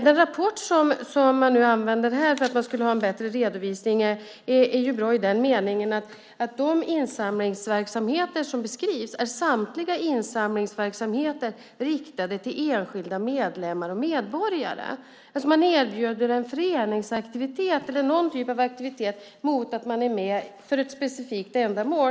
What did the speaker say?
Den rapport som här används som argument för bättre redovisning är bra i den meningen att de insamlingsverksamheter som beskrivs samtliga är insamlingsverksamheter riktade till enskilda medlemmar och medborgare. Man erbjuds en föreningsaktivitet eller någon annan typ av aktivitet mot att man är med för ett specifikt ändamål.